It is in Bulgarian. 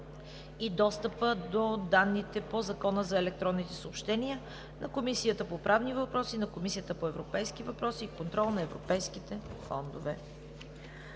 и достъпа до данните по Закона за електронните съобщения, Комисията по правни въпроси и Комисията по европейските въпроси и контрол на европейските фондове.